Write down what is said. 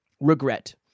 regret